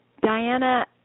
Diana